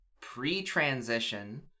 pre-transition